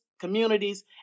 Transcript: communities